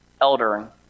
eldering